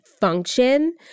function